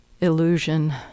illusion